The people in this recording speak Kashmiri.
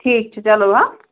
ٹھیٖک چھُ چلو ہا